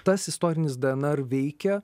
tas istorinis dnr veikia